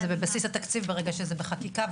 אז זה בבסיס התקציב ברגע שזה בחקיקה,